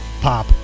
pop